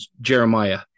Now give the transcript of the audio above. Jeremiah